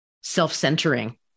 self-centering